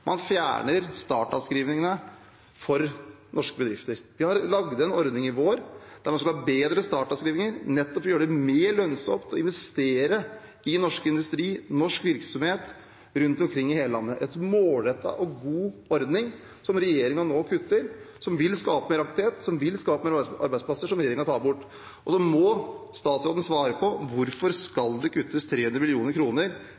Man fjerner startavskrivningene for norske bedrifter. Vi lagde en ordning i vår der en skulle få bedre startavskrivninger, nettopp for å gjøre det mer lønnsomt å investere i norsk industri, i norsk virksomhet rundt omkring i hele landet. Det er en målrettet og god ordning, som regjeringen nå kutter, som vil skape aktivitet, som vil skape arbeidsplasser, som regjeringen tar bort. Og så må statsråden svare på hvorfor